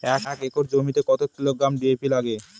এক একর জমিতে কত কিলোগ্রাম ডি.এ.পি লাগে?